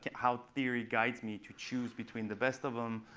how theory guides me to choose between the best of them,